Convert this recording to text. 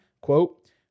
quote